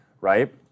right